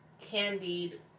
candied